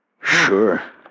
Sure